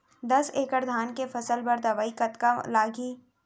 दस एकड़ धान के फसल बर दवई कतका लागही?